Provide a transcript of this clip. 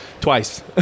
Twice